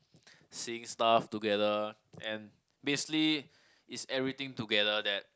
seeing stuff together and basically is everything together that